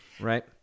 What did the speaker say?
Right